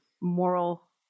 moral